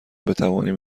بتوانیم